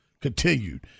continued